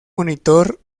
monitor